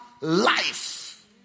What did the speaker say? life